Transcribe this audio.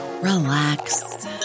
relax